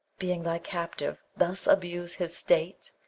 being thy captive, thus abuse his state,